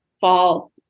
fall